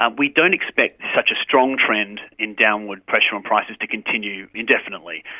um we don't expect such a strong trend in downward pressure on prices to continue indefinitely.